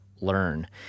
learn